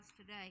today